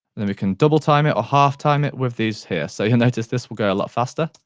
then we can double time it or half time it with these here. so you'll notice this will go a lot faster.